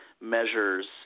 measures